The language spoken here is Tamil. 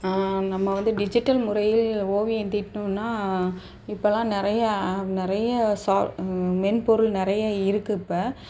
நம்ம வந்து டிஜிட்டல் முறையில் ஓவியம் தீட்டுணுன்னா இப்போல்லாம் நிறைய நிறைய சா மென்பொருள் நிறைய இருக்குது இப்போ